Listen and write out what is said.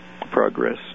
progress